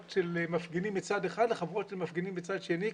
של מפגינים מצד אחד לחבורות של מפגינים מצד שני,